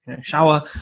shower